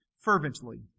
fervently